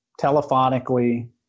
telephonically